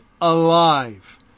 alive